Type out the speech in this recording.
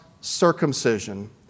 circumcision